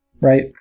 right